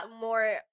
more